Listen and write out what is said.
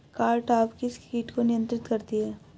Cartap किस किट को नियंत्रित करती है?